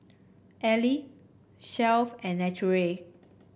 Elle Shelf and Naturel